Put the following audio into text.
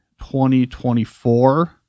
2024